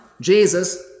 Jesus